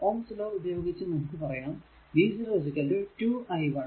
Ohm's law ഉപയോഗിച്ച് നമുക്ക് പറയാം v0 2 i 1